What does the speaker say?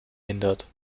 hindert